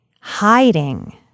hiding